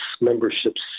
memberships